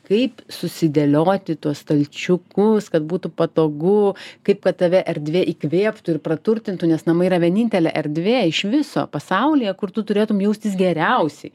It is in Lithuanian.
kaip susidėlioti tuos stalčiukus kad būtų patogu kaip kad tave erdvė įkvėptų ir praturtintų nes namai yra vienintelė erdvė iš viso pasaulyje kur tu turėtum jaustis geriausiai